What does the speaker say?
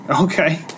Okay